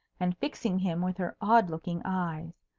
and fixing him with her odd-looking eyes.